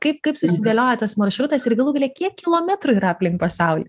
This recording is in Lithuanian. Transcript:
kaip kaip susidėliojo tas maršrutas ir galų gale kiek kilometrų yra aplink pasaulį